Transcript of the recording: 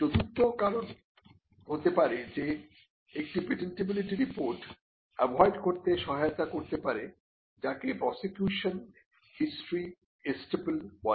চতুর্থ কারণ পারে যে একটি পেটেন্টিবিলিটি রিপোর্ট অ্যাভোয়েড করতে সহায়তা করতে পারে যাকে প্রসিকিউশন হিস্টরি এস্টপেল বলে